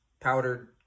powdered